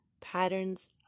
patterns